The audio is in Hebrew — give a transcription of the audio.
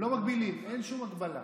לא מגבילים, אין שום הגבלה.